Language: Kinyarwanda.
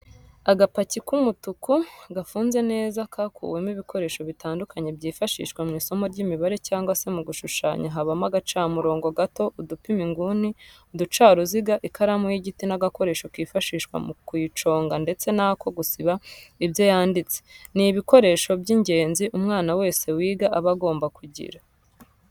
Agapaki k'umutuku gafunze neza kakuwemo ibikoresho bitandukanye byifashishwa mu isomo ry'imibare cyangwa se mu gushushanya habamo agacamurongo gato, udupima inguni, uducaruziga, ikaramu y'igiti n'agakoresho kifashishwa mu kuyiconga ndetse n'ako gusiba ibyo yanditse, ni ibikoresho by'ingenzi umwana wese wiga aba agomba kugira.